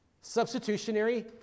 substitutionary